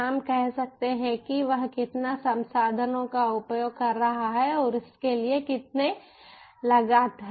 हम कह सकते हैं कि वह कितना संसाधनों का उपयोग कर रहा है और उसके लिए कितनी लागत है